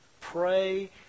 pray